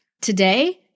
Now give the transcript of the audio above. today